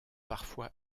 parfois